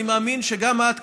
אני מאמין שגם את,